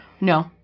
No